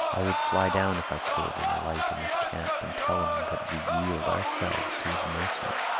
i would fly down, if i could, and alight in his camp, and tell him that we yield ourselves to his mercy.